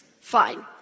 Fine